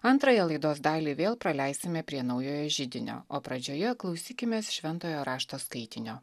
antrąją laidos dalį vėl praleisime prie naujojo židinio o pradžioje klausykimės šventojo rašto skaitinio